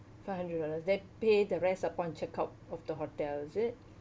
five hundred dollars then pay the rest upon check-out of the hotel is it